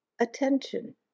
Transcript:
attention